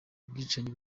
bwicanyi